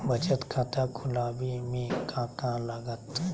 बचत खाता खुला बे में का का लागत?